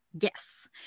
Yes